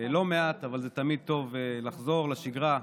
לא מעט, זה תמיד טוב לחזור לשגרה ולשרת.